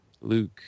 Luke